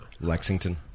Lexington